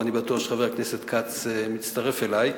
ואני בטוח שחבר הכנסת כץ מצטרף אלי,